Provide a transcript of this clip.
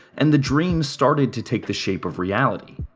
and the dream started to take the shape of reality.